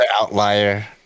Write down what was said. outlier